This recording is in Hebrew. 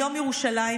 יום ירושלים,